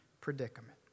predicament